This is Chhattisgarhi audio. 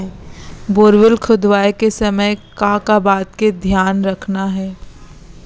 बोरवेल खोदवाए के समय का का बात के धियान रखना हे?